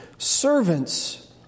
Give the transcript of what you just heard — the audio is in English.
servants